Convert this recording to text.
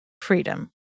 Freedom